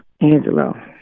Angelo